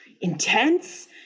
intense